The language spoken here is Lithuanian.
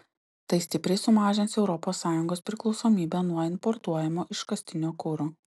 tai stipriai sumažins europos sąjungos priklausomybę nuo importuojamo iškastinio kuro